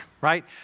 right